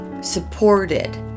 supported